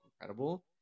incredible